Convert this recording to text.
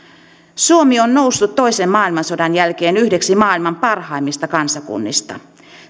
suomi on noussut toisen maailmansodan jälkeen yhdeksi maailman parhaimmista kansakunnista